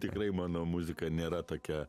tikrai mano muzika nėra tokia